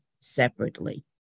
separately